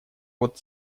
вот